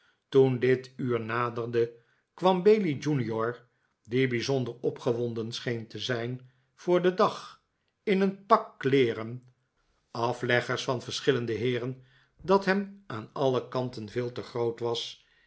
toen dit uur naderde kwam bailey junior die bijzonder opgewonden scheen te zijn voor den dag in een pak kleeren afleggers van verschillende heeren dat hem aan alle kanten veel te groot was